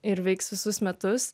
ir veiks visus metus